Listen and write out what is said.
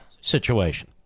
situation